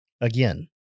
again